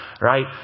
Right